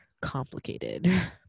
complicated